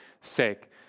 sake